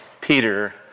Peter